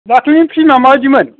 दाख्लैनि फ्लिमआ माबादिमोन